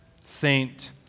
saint